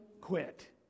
quit